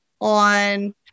On